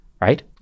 right